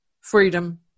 Freedom